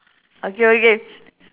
okay okay